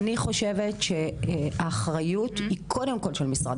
מיכאל, אני חושבת שהאחריות היא קודם כל של משרד